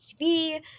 TV